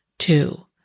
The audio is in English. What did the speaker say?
Two